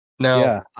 Now